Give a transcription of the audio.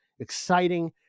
exciting